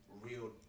real